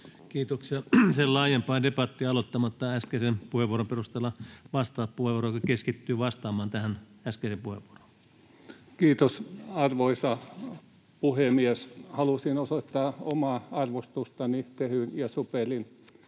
Kiitoksia. — Sen laajempaa debattia aloittamatta, äskeisen puheenvuoron perusteella vastauspuheenvuoro, joka keskittyy vastaamaan tähän äskeiseen puheenvuoroon. Kiitos, arvoisa puhemies! Halusin osoittaa omaa arvostustani Tehyn ja SuPerin